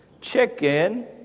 chicken